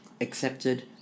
accepted